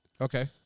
Okay